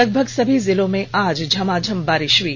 लगभग सभी जिलों में आज झमाझम बारिश हुई